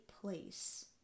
place